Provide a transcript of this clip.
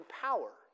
power